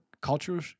Cultural